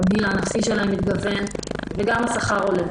התמהיל הענפי שלהן מתגוון וגם השכר עולה.